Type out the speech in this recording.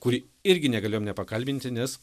kurį irgi negalėjom nepakalbinti nes